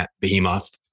Behemoth